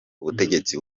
ubutegetsi